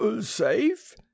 Safe